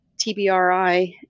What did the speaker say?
TBRI